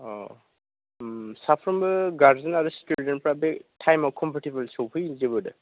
अ साफ्रोमबो गार्जेयान आरो स्थुदेन्टफ्रा बे थाएमआव कम्फरटेबल सफैजोबो दा